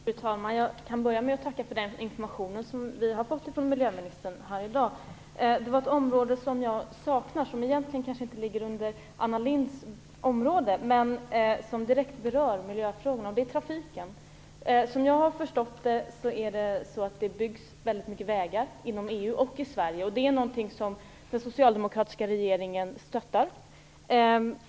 Fru talman! Först vill jag tacka för den information som vi här i dag har fått av miljöministern. Men ett område saknar jag. Egentligen ligger det kanske inte inom Anna Lindhs område, men det berör direkt miljöfrågorna. Det gäller trafiken. Såvitt jag förstår byggs det väldigt mycket vägar både inom EU och i Sverige. Det är något som den socialdemokratiska regeringen stöttar.